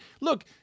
Look